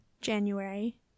January